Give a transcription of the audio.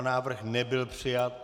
Návrh nebyl přijat.